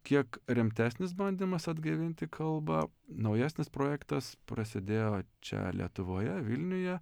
kiek rimtesnis bandymas atgaivinti kalbą naujesnis projektas prasidėjo čia lietuvoje vilniuje